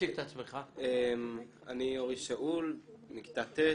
אני אורי שאול מכיתה ט',